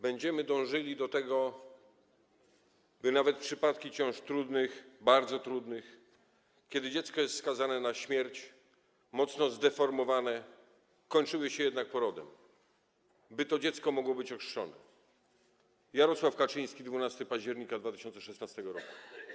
Będziemy dążyli do tego, by nawet przypadki ciąż trudnych, bardzo trudnych, kiedy dziecko jest skazane na śmierć, mocno zdeformowane, kończyły się jednak porodem, by to dziecko mogło być ochrzczone - Jarosław Kaczyński, 12 października 2016 r.